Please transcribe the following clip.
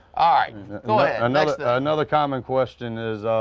ah you know and another another common question is